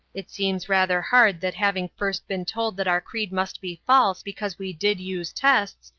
it seems rather hard that having first been told that our creed must be false because we did use tests,